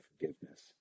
forgiveness